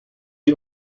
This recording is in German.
ihr